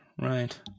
Right